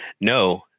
No